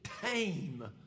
tame